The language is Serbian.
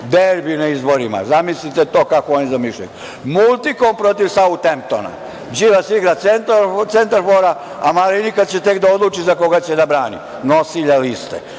derbi na izborima, zamislite kako to oni zamišljaju. „Multikom“ protiv „Sautemptona“. Đilas igra centarfora, a Marinika će tek da odluči za koga će da brani, nosilja liste,